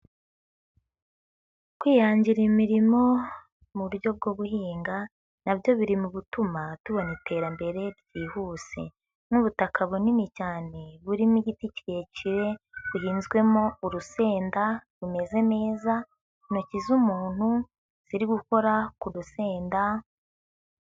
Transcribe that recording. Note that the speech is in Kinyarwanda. Kwihangira imirimo mu buryo bwo guhinga nabyo biri mu gutuma tubona iterambere ryihuse, nk'ubutaka bunini cyane burimo igiti kirekire buhinzwemo urusenda rumeze neza, intoki z'umuntu ziri gukora ku rusenda.